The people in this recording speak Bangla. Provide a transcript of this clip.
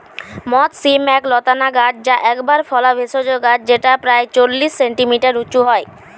মথ শিম এক লতানা গাছ যা একবার ফলা ভেষজ গাছ যেটা প্রায় চল্লিশ সেন্টিমিটার উঁচু হয়